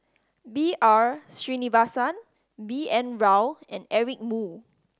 B R Sreenivasan B N Rao and Eric Moo